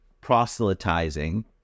Proselytizing